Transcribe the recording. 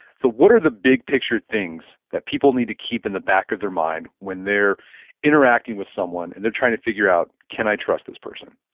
so, what are the big picture things that people need to keep in the back of their mind when they're interacting with someone and they're trying to figure out, can i trust this person?